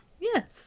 Yes